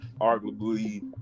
arguably